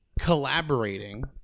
collaborating